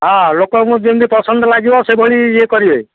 ହଁ ଲୋକଙ୍କୁ ଯେମିତି ପସନ୍ଦ ଲାଗିବ ସେହିଭଳି ଇଏ କରିବେ